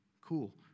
Cool